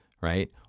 right